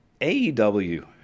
AEW